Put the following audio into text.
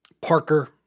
Parker